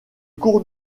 cours